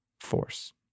force